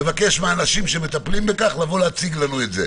במקום "ספורטאי בין-לאומי" יבוא "ספורטאי מקצועי";(2)